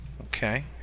Okay